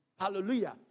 Hallelujah